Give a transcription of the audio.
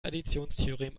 additionstheorem